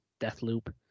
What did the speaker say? Deathloop